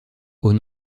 aux